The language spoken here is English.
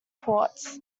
ports